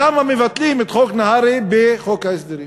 למה מבטלים את חוק נהרי בחוק ההסדרים?